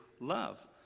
love